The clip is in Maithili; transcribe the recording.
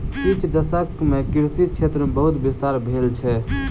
किछ दशक मे कृषि क्षेत्र मे बहुत विस्तार भेल छै